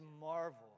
marvel